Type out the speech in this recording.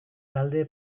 talde